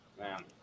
Man